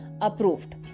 approved